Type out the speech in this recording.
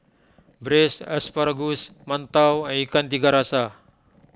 Braised Asparagus Mantou Ikan Tiga Rasa